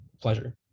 pleasure